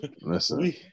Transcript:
Listen